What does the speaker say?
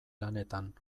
lanetan